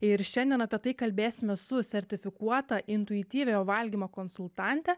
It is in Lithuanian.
ir šiandien apie tai kalbėsime su sertifikuota intuityviojo valgymo konsultante